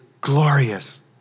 glorious